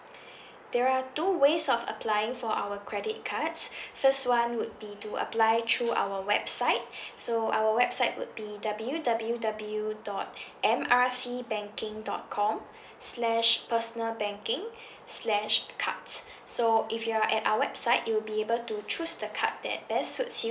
there are two ways of applying for our credit cards first one would be to apply through our website so our website would be W_W_W dot M R C banking dot com slash personal banking slash cards so if you are at our website you'll be able to choose the card that best suits you